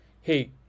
hey